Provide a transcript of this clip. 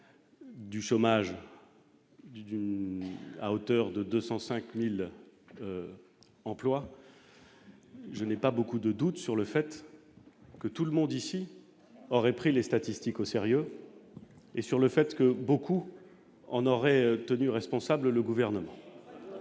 Du chômage à hauteur de 250000 emplois, je n'ai pas beaucoup de doute sur le fait que tout le monde ici aurait pris les statistiques au sérieux et sur le fait que beaucoup en aurait tenu responsable le gouvernement.